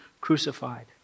crucified